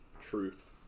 truth